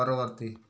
ପରବର୍ତ୍ତୀ